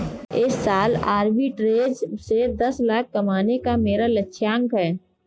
इस साल arbitrage से दस लाख कमाने का मेरा लक्ष्यांक है